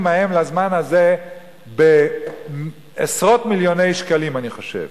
ההם לזמן הזה בעשרות מיליוני שקלים אני חושב.